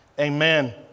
Amen